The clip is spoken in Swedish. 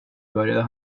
började